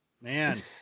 man